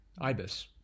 Ibis